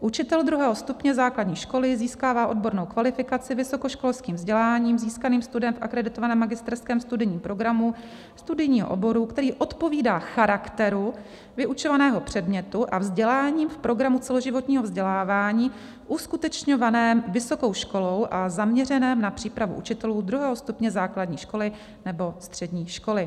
Učitel druhého stupně základní školy získává odbornou kvalifikaci vysokoškolským vzděláním, získaným studiem v akreditovaném magisterském studijním programu studijního oboru, který odpovídá charakteru vyučovaného předmětu a vzdělání v programu celoživotního vzdělávání uskutečňovaném vysokou školou a zaměřeném na přípravu učitelů druhého stupně základní školy nebo střední školy.